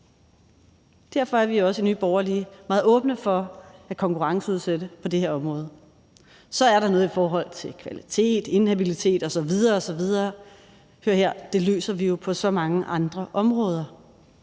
Derfor er vi også i Nye Borgerlige meget åbne for at konkurrenceudsætte på det her område. Så er der noget i forhold til kvalitet, inhabilitet osv. osv. Hør her: Det løser vi jo på så mange andre områder;